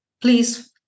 please